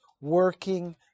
working